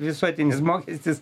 visuotinis mokestis